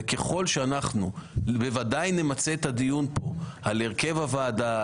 וככל שאנחנו בוודאי נמצה את הדיון פה על הרכב הוועדה,